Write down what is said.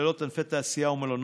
הכוללות ענפי תעשייה ומלונות,